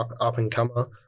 up-and-comer